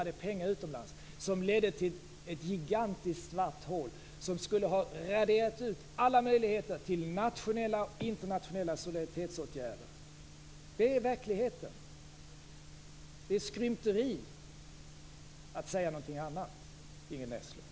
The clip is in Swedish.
Det ledde till ett gigantiskt svart hål som skulle ha raderat ut alla möjligheter till nationella och internationella solidaritetsåtgärder. Sådan är verkligheten. Det är skrymteri att säga någonting annat, Ingrid Näslund.